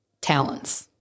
talents